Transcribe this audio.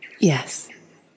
Yes